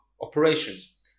operations